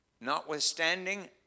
Notwithstanding